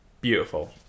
beautiful